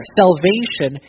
salvation